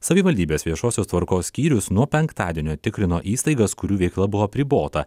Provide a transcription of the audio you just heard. savivaldybės viešosios tvarkos skyrius nuo penktadienio tikrino įstaigas kurių veikla buvo apribota